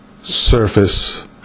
surface